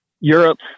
Europe